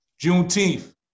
Juneteenth